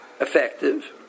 effective